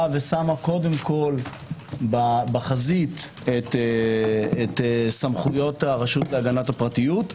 שמה קודם כל בחזית את סמכויות הרשות להגנת הפריות,